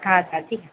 हा दादी